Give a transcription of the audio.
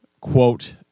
quote